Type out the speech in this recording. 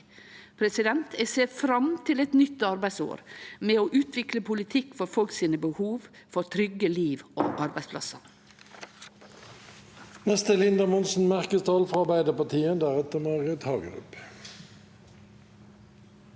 politikk. Eg ser fram til eit nytt arbeidsår med å utvikle politikk for folk sine behov, for trygge liv og for arbeidsplassar.